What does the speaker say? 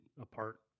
apart